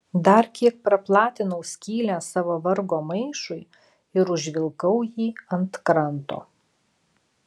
dar kiek praplatinau skylę savo vargo maišui ir užvilkau jį ant kranto